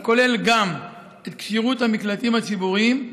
הכולל גם את כשירות המקלטים הציבוריים,